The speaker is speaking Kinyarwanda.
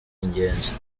ingenzi